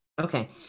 Okay